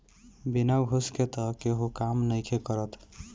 बिना घूस के तअ केहू काम नइखे करत